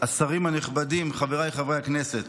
השרים הנכבדים, חבריי חברי הכנסת,